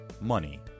money